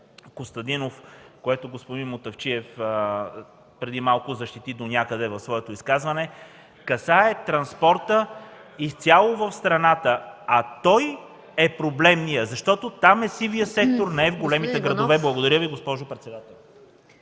Костадинов и господин Мутафчиев преди малко защити донякъде в своето изказване, касае транспорта изцяло в страната, а той е проблемният, защото там е сивият сектор, а не в големите градове. Благодаря Ви, госпожо председател.